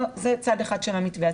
זה צד אחד של המטבע.